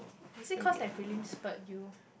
is it cause like prelim spurred you